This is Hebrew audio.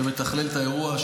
שמתכלל את האירוע,